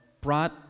brought